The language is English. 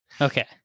Okay